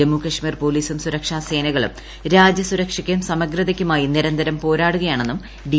ജമ്മു കശ്മീർ പോലീസും സുരക്ഷാസേനകളും രാജ്യസുരക്ഷയും സമഗ്രതയ്ക്കുമായി നിരന്തരം പോരാടുകയാണെന്നും ഡി